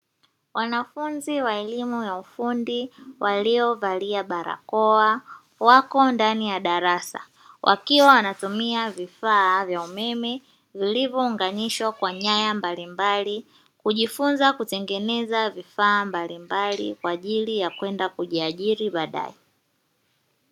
wanafunzi wa elimu ya ufundi wakiwa walio valia barakoa wako ndani ya darasa wakiwa wanatumia vifaa vya umeme vilivyounganishwa kwa nyaya mbalimbali, kujifunza kutengeneza vifaa mbalimbali kwa ajili ya kwenda kujiajiri baadae.